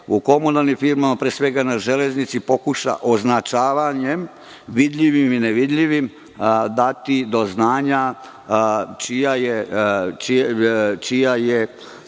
u komunalnim firmama, pre svega na železnici pokuša označavanjem vidljivim i nevidljivim, dati do znanja čija je